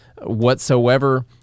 whatsoever